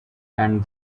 and